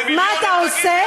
מה אתה עושה?